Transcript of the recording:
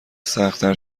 سختتر